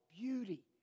beauty